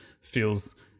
feels